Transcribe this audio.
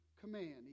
command